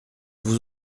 vous